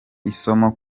isomo